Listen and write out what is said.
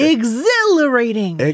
Exhilarating